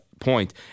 point